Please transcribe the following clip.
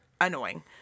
annoying